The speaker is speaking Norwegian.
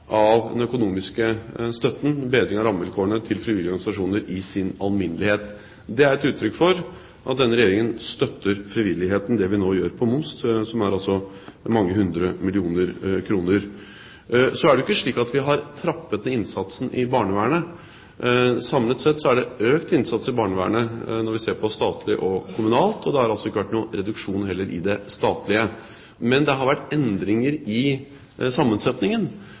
av den økonomiske støtten og en bedring av rammevilkårene til frivillige organisasjoner i sin alminnelighet. Det vi nå gjør når det gjelder moms, og som utgjør mange hundre millioner kroner, er et uttrykk for at denne regjeringen støtter frivilligheten. Så er det ikke slik at vi har trappet ned innsatsen i barnevernet. Samlet sett er det en økt innsats i barnevernet når vi ser på det statlige og det kommunale. Det har altså ikke vært noen reduksjon i det statlige. Men det har vært endringer i sammensetningen,